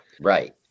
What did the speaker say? Right